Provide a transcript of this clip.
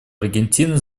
аргентины